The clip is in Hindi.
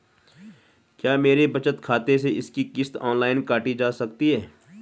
क्या मेरे बचत खाते से इसकी किश्त ऑनलाइन काटी जा सकती है?